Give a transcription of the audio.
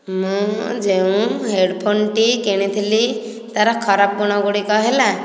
ମୁଁ ଯେଉଁ ହେଡ଼ଫୋନଟି କିଣିଥିଲି ତା'ର ଖରାପ ଗୁଣ ଗୁଡ଼ିକ ହେଲା